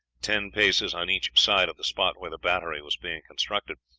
ten paces on each side of the spot where the battery was being constructed.